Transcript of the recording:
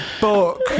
book